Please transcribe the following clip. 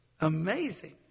amazing